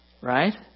right